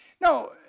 No